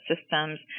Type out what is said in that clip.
systems